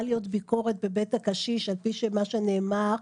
להיות ביקורת בבית הקשיש על פי מה שנאמר,